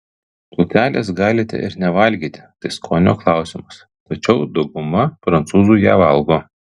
plutelės galite ir nevalgyti tai skonio klausimas tačiau dauguma prancūzų ją valgo